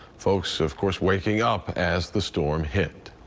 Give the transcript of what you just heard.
folks, of course, waking up as the storm hit.